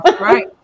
Right